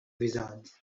wizards